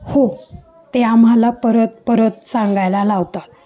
हो ते आम्हाला परत परत सांगायला लावतात